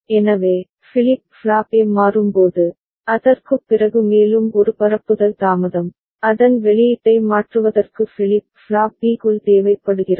எனவே flip flop A மாறும்போது அதற்குப் பிறகு மேலும் ஒரு பரப்புதல் தாமதம் அதன் வெளியீட்டை மாற்றுவதற்கு ஃபிளிப் ஃப்ளாப் B க்குள் தேவைப்படுகிறது